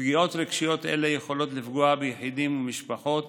פגיעות רגשיות אלה יכולות לפגוע ביחידים ובמשפחות